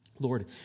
Lord